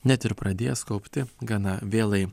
net ir pradėjęs kaupti gana vėlai